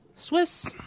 Swiss